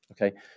Okay